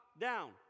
down